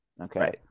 okay